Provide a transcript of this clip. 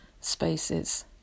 spaces